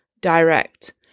direct